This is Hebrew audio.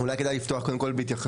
אולי כדאי לפתוח קודם כל בהתייחסות